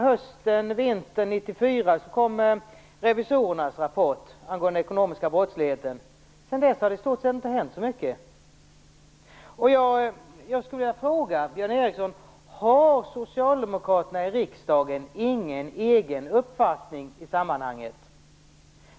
Hösten eller vintern 1994 kom revisorernas rapport angående ekonomisk brottslighet. Sedan dess har det i stort sett inte hänt så mycket. Jag skulle vilja fråga Björn Ericson: Har socialdemokraterna i riksdagen ingen egen uppfattning i sammanhanget?